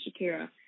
Shakira